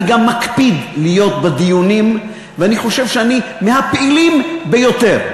אני גם מקפיד להיות בדיונים ואני חושב שאני מהפעילים ביותר.